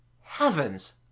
Heavens